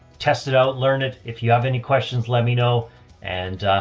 test it out, learn it. if you have any questions, let me know and,